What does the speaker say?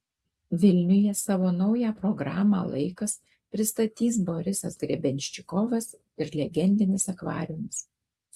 vilniuje savo naują programą laikas pristatys borisas grebenščikovas ir legendinis akvariumas